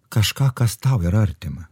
kažką kas tau yra artima